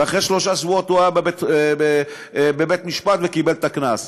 ואחרי שלושה שבועות הוא היה בבית-משפט וקיבל את הקנס.